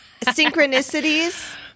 synchronicities